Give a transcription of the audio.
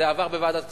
זה עבר בוועדת הכספים,